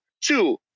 Two